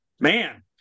man